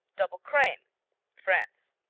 double-creme france